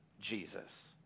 Jesus